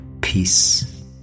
Peace